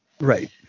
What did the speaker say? Right